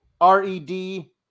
R-E-D